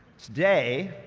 today,